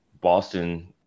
Boston